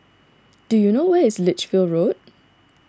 do you know where is Lichfield Road